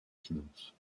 finances